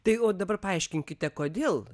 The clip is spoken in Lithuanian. tai o dabar paaiškinkite kodėl